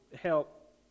help